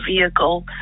vehicle